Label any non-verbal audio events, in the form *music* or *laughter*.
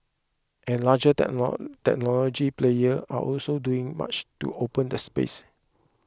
and larger *unintelligible* technology players are also doing much to open the space